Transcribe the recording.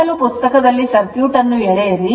ಮೊದಲು ಪುಸ್ತಕದಲ್ಲಿ ಸರ್ಕ್ಯೂಟ್ ಅನ್ನು ಎಳೆಯಿರಿ